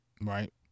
Right